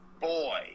boy